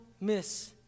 miss